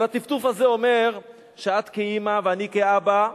אבל הטפטוף הזה אומר שאת כאמא ואני כאבא,